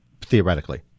theoretically